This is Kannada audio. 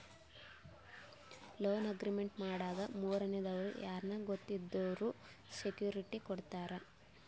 ಲೋನ್ ಅಗ್ರಿಮೆಂಟ್ ಮಾಡಾಗ ಮೂರನೇ ದವ್ರು ಯಾರ್ನ ಗೊತ್ತಿದ್ದವ್ರು ಸೆಕ್ಯೂರಿಟಿ ಕೊಡ್ತಾರ